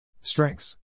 Strengths